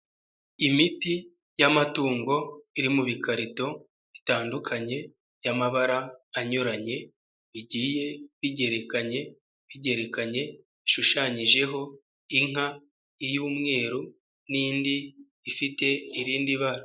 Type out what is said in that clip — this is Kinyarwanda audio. Imiti y'amatungo iri mu bikarito bitandukanye, y'amabara anyuranye, bigiye bigerekanye bishushanyijeho inka y'umweru n'indi ifite irindi bara.